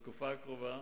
בתקופה הקרובה,